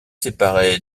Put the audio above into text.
séparé